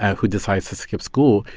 ah who decides to skip school.